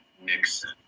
Nixon